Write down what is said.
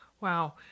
Wow